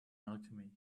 alchemy